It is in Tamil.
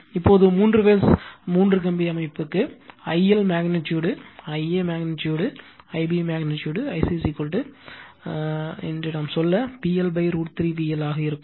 இப்போது மூன்று பேஸ் மூன்று கம்பி அமைப்புக்கு I L magnitude Ia magnitude Ib magnitude I c சொல்ல PL √ 3 VL ஆக இருக்கும்